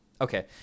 Okay